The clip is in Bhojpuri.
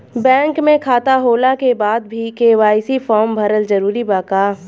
बैंक में खाता होला के बाद भी के.वाइ.सी फार्म भरल जरूरी बा का?